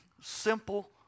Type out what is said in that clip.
simple